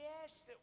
Yes